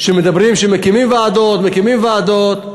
שמדברים שמקימים ועדות, מקימים ועדות.